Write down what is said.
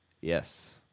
yes